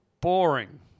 boring